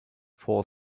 four